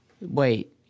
Wait